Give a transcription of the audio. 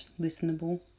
listenable